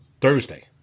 Thursday